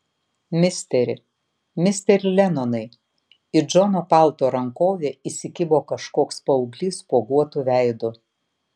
misteri misteri lenonai į džono palto rankovę įsikibo kažkoks paauglys spuoguotu veidu